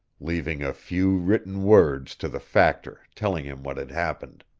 leaving a few written words to the factor telling him what had happened.